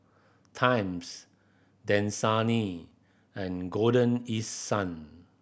Times Dasani and Golden East Sun